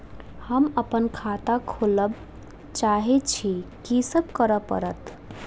हम अप्पन खाता खोलब चाहै छी की सब करऽ पड़त?